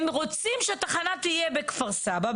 הם רוצים שהתחנה תהיה בכפר סבא,